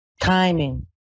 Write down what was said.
timing